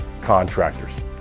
contractors